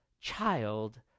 child